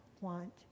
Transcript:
want